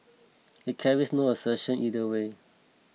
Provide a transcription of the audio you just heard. it carries no assertion either way